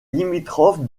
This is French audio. limitrophe